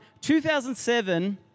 2007